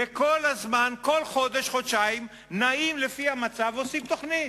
וכל חודש, חודשיים נעים לפי המצב ועושים תוכנית.